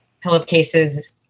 pillowcases